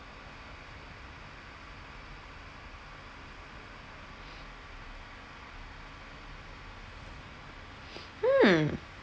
hmm